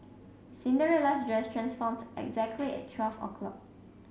Cinderella's dress transformed exactly at twelve o'clock